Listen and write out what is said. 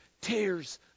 tears